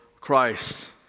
Christ